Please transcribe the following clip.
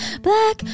Black